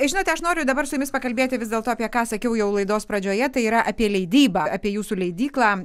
žinote aš noriu dabar su jumis pakalbėti vis dėlto apie ką sakiau jau laidos pradžioje tai yra apie leidybą apie jūsų leidyklą